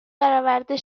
برآورده